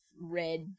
red